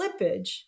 slippage